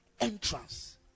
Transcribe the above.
entrance